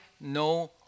no